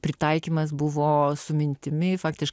pritaikymas buvo su mintimi faktiškai